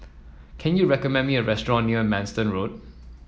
can you recommend me a restaurant near Manston Road